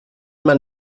man